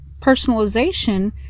Personalization